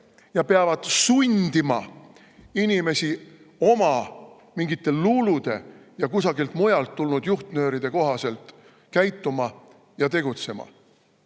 ja peavad sundima inimesi oma mingite luulude ja kusagilt mujalt tulnud juhtnööride kohaselt käituma ja tegutsema.